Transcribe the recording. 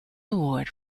award